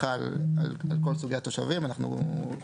בחוק